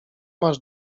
masz